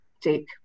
take